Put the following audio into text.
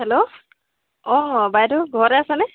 hello অঁ বাইদেউ ঘৰতে আছনে